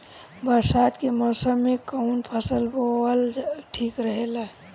बरसात के मौसम में कउन फसल बोअल ठिक रहेला?